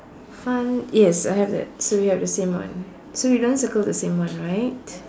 fun yes I have that so we have the same one so we don't circle the same one right